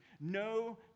no